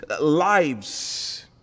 lives